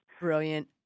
Brilliant